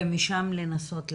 ומשם לנסות להבין.